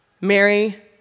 Mary